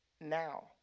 now